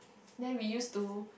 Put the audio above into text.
then we used to